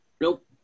Nope